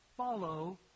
Follow